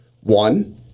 one